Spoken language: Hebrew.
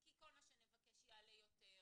כי כל מה שנבקש יעלה יותר.